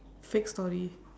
fake story